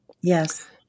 Yes